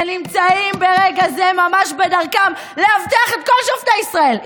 שנמצאים ברגע זה ממש בדרכם לאבטח את כל שופטי ישראל,